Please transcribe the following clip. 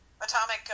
Atomic